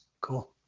cool